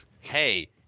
Hey